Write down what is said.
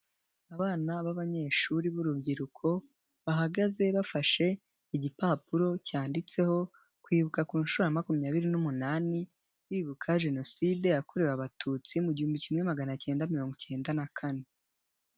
Abana b'abanyeshuri b'urubyiruko, bahagaze bafashe igipapuro cyanditseho kwibuka ku nshuro ya makumyabiri n'munani bibuka jenoside yakorewe Abatutsi mu gihumbi kimwe magana acyenda mirongo icyenda na kane.